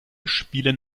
spielen